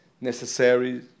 necessary